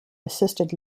assisted